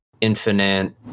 Infinite